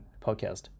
podcast